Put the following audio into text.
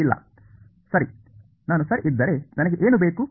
ಇಲ್ಲ ಸರಿ ನಾನು ಸರಿ ಇದ್ದರೆ ನನಗೆ ಏನು ಬೇಕು